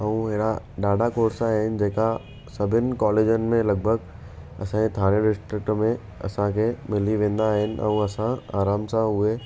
ऐं हेड़ा ॾाढा कोर्स आहिनि जेका सभिनि कॉलेजनि में लॻभॻि असांजे थाणे डिस्ट्रिक्ट में असांखे मिली वेंदा आहिनि ऐं असां आराम सां उहे